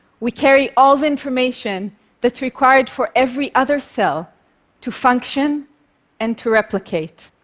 we carry all the information that's required for every other cell to function and to replicate.